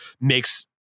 makes